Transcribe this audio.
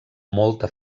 molta